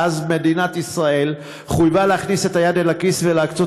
ואז מדינת ישראל חויבה להכניס את היד אל הכיס ולהקצות